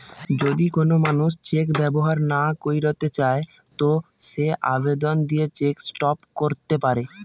যদি কোন মানুষ চেক ব্যবহার না কইরতে চায় তো সে আবেদন দিয়ে চেক স্টপ ক্যরতে পারে